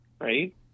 right